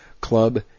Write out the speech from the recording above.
club